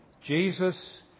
Jesus